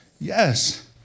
Yes